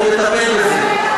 אנחנו נטפל בזה.